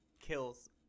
kills